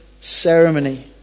ceremony